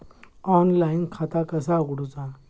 Online खाता कसा उगडूचा?